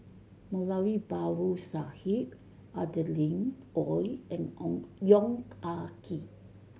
Moulavi Babu Sahib Adeline Ooi and Ong Yong Ah Kee